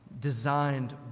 designed